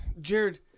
Jared